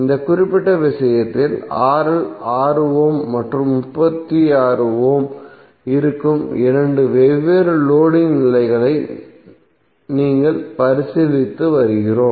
இந்த குறிப்பிட்ட விஷயத்தில் 6 ஓம் மற்றும் 36 ஓம் இருக்கும் இரண்டு வெவ்வேறு லோடிங் நிலைகளை நாங்கள் பரிசீலித்து வருகிறோம்